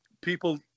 people